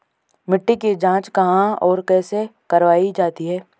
मिट्टी की जाँच कहाँ और कैसे करवायी जाती है?